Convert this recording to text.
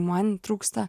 man trūksta